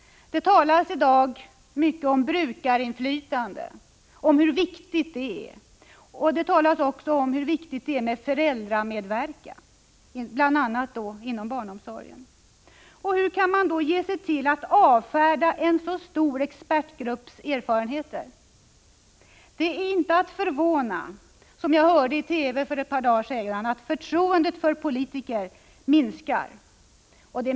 Det talas i dag mycket om vikten av brukarinflytande och föräldramedverkan inom bl.a. barnomsorgen. Hur kan man då ge sig på att helt avfärda en stor expertgrupps erfarenheter? Det är inte att förvåna — som jag hörde i TV för några dagar sedan — att förtroendet för politiker minskar.